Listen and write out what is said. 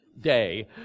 day